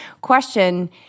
question